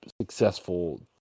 successful